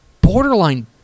borderline